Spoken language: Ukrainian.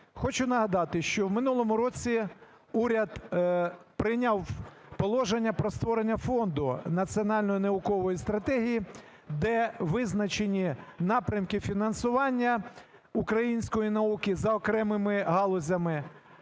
Хочу нагадати, що в минулому році уряд прийняв положення про створення фонду національної наукової стратегії, де визначені напрямки фінансування української науки за окремими галузями.